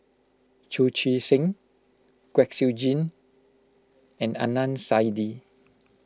Chu Chee Seng Kwek Siew Jin and Adnan Saidi